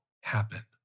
happen